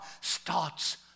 starts